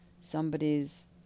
somebody's